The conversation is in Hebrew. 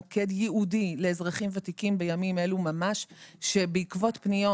מוקד ייעודי לאזרחים ותיקים ובעקבות פניות